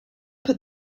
put